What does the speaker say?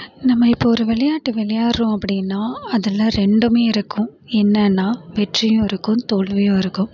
நம்ம இப்போ ஒரு விளையாட்ட விளையாடுறோம் அப்படின்னா அதில் ரெண்டுமே இருக்கும் என்னென்னா வெற்றியும் இருக்கும் தோல்வியும் இருக்கும்